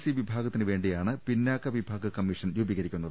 C വിഭാഗത്തിന് വേണ്ടിയാണ് പിന്നാക്ക വിഭാഗ കമ്മീഷൻ രൂപീകരി ക്കുന്നത്